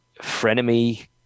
frenemy